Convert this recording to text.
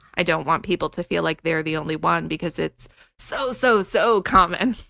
i don't want people to feel like they're the only one because it's so, so, so common.